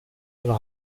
ihre